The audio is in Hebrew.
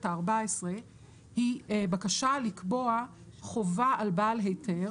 הארבע-עשרה היא בקשה לקבוע חובה על בעל היתר